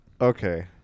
Okay